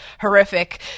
horrific